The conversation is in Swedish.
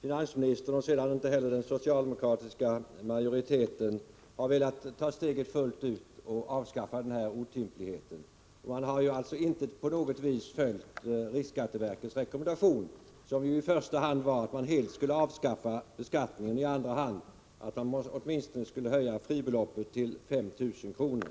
finansministern eller sedermera den socialdemokratiska majoriteten här velat ta steget fullt ut och avskaffa denna otymplighet. Man har alltså inte på något vis följt riksskatteverkets rekommendation, som i första hand var att man skulle helt avskaffa beskattningen, i andra hand var att man åtminstone skulle höja fribeloppet till 5 000 kr.